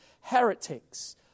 heretics